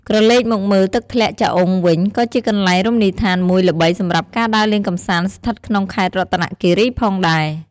ក្រឡេកមកមើល ទឹកធ្លាក់ចាអុងវិញក៏ជាកន្លែងរមណីយដ្ឋានមួយល្បីសម្រាប់ការដើរលេងកម្សាន្តស្ថិតក្នុងខេត្តរតនគីរីផងដែរ។